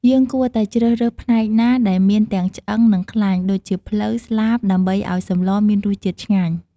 យើងគួរតែជ្រើសរើសផ្នែកណាដែលមានទាំងឆ្អឹង និងខ្លាញ់ ដូចជាភ្លៅ ស្លាប ដើម្បីឱ្យសម្លមានរសជាតិឆ្ងាញ់។